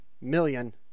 million